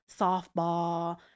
softball